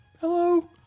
hello